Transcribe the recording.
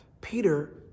Peter